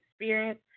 experience